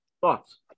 Thoughts